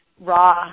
raw